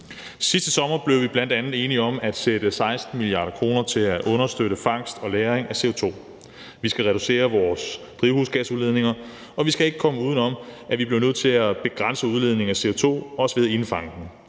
Sidste sommer blev vi bl.a. enige om at sætte 16 mia. kr. af til at understøtte fangst og lagring af CO2. Vi skal reducere vores drivhusgasudledninger, og vi kan ikke komme uden om, at vi bliver nødt til at begrænse udledningen af CO2, også ved at indfange den